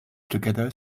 together